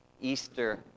Easter